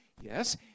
Yes